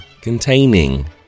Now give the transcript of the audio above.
containing